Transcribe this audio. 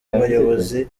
bayobozi